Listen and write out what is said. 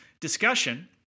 discussion